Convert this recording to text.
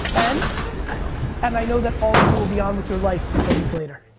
and and i know that all of you will be on with your life a week later.